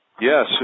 Yes